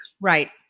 right